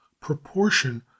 Proportion